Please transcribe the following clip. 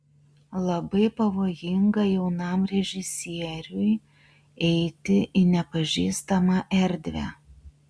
labai pavojinga jaunam režisieriui eiti į nepažįstamą erdvę